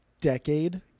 decade